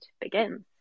begins